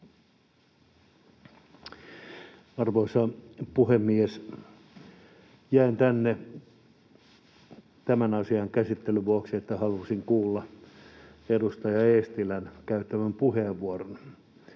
Arvoisa puhemies! Jäin tänne tämän asian käsittelyn vuoksi, koska halusin kuulla edustaja Eestilän käyttämän puheenvuoron,